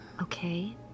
Okay